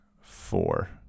four